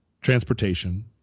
transportation